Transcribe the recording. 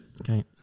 Okay